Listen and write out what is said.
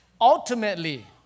Ultimately